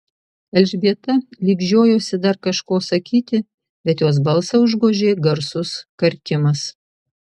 elžbieta lyg žiojosi dar kažko sakyti bet jos balsą užgožė garsus karkimas